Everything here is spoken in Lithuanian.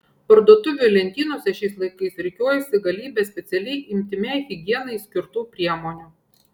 parduotuvių lentynose šiais laikais rikiuojasi galybė specialiai intymiai higienai skirtų priemonių